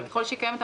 אבל ככל שהיא קיימת,